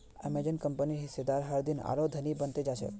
Amazon कंपनीर हिस्सेदार हरदिन आरोह धनी बन त जा छेक